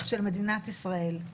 של מדינת ישראל.